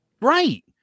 Right